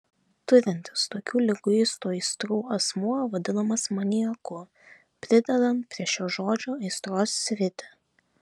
turintis tokių liguistų aistrų asmuo vadinamas maniaku pridedant prie šio žodžio aistros sritį